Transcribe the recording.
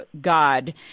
God